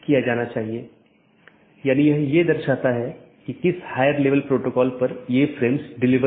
इसलिए जब ऐसी स्थिति का पता चलता है तो अधिसूचना संदेश पड़ोसी को भेज दिया जाता है